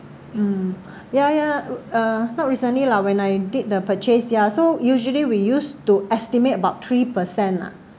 mm ya ya uh not recently lah when I did the purchase ya so usually we use to estimate about three percent lah